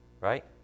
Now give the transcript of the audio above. right